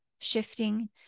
shifting